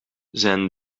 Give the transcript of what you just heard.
zijn